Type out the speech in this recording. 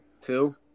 Two